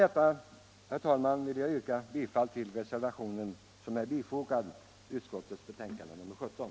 Herr talman! Jag yrkar bifall till den reservation som är fogad till justitieutskottets betänkande nr 17.